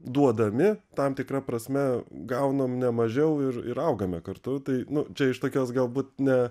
duodami tam tikra prasme gaunam ne mažiau ir ir augame kartu tai nu čia iš tokios galbūt ne